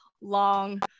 long